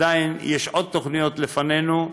ועוד יש תוכניות לפנינו.